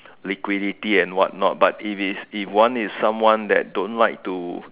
liquidity and what not but if is if one is someone then don't like to